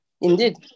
indeed